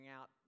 out